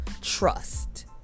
trust